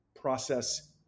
process